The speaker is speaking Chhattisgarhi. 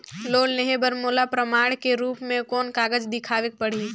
लोन लेहे बर मोला प्रमाण के रूप में कोन कागज दिखावेक पड़ही?